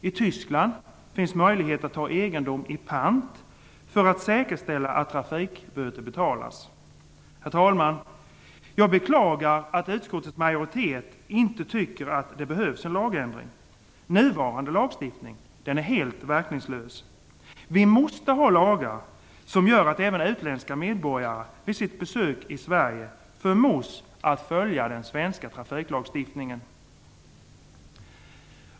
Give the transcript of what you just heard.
I Tyskland finns möjlighet att ta egendom i pant för att säkerställa att trafikböter betalas. Herr talman! Jag beklagar att utskottets majoritet inte tycker att det behövs en lagändring. Nuvarande lagstiftning är helt verkningslös. Vi måste ha lagar som gör att även utländska medborgare vid sitt besök i Sverige förmås att följa den svenska trafiklagstiftningen.